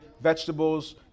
vegetables